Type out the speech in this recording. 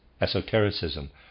esotericism